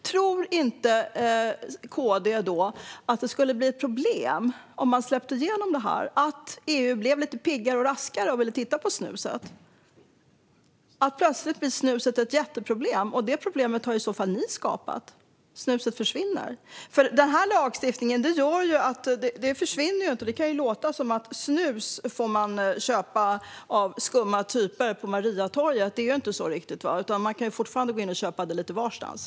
Tror inte KD att det skulle bli problem om man släpper igenom det här och om EU blev lite piggare och raskare och ville titta på snuset. Plötsligt blir snuset ett jätteproblem, som i så fall ni har skapat, och snuset försvinner. Den här lagstiftningen kan låta som att man får köpa snus av skumma typer på Mariatorget. Så är det inte riktigt. Man kan fortfarande köpa snus lite varstans.